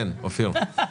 אופיר.